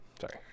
Sorry